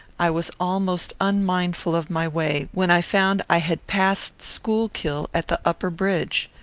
i was almost unmindful of my way, when i found i had passed schuylkill at the upper bridge.